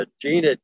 Gene